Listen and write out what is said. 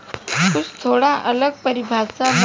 कुछ थोड़ा अलग परिभाषा बा